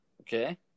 okay